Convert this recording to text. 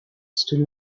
still